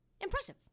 Impressive